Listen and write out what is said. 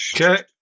Okay